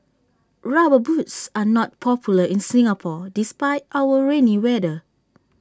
rubber boots are not popular in Singapore despite our rainy weather